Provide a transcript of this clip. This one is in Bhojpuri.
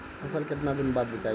फसल केतना दिन बाद विकाई?